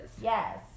Yes